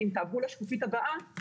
אם תעברו לשקופית הבאה,